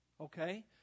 okay